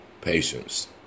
Patience